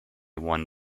one